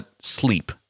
Sleep